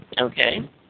Okay